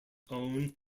own